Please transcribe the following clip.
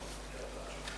בבקשה.